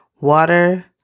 water